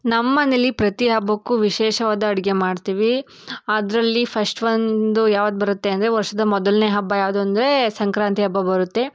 ನಮ್ಮನೇಲಿ ಪ್ರತಿ ಹಬ್ಬಕ್ಕೂ ವಿಶೇಷವಾದ ಅಡಿಗೆ ಮಾಡ್ತೀವಿ ಅದರಲ್ಲಿ ಫಸ್ಟ್ ಒಂದು ಯಾವ್ದು ಬರುತ್ತೆ ಅಂದರೆ ವರ್ಷದ ಮೊದಲನೇ ಹಬ್ಬ ಯಾವುದು ಅಂದರೆ ಸಂಕ್ರಾಂತಿ ಹಬ್ಬ ಬರುತ್ತೆ